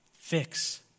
fix